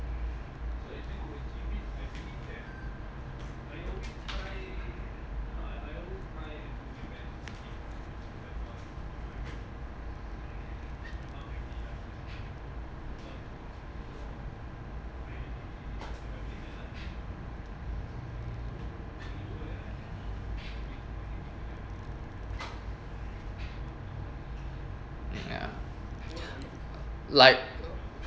ya like